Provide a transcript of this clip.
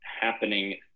happening